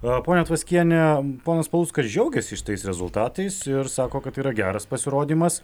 a ponia tvaskiene ponas pauluskas džiaugiasi šitais rezultatais ir sako kad tai yra geras pasirodymas